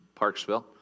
Parksville